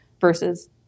versus